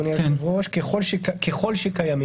אדוני היושב-ראש: "ככל שקיימים".